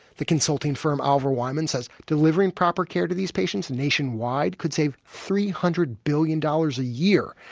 the consulting firm oliver wyman says delivering proper care to these patients nationwide could save three hundred billion dollars a year.